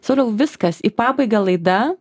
sauliau viskas į pabaigą laida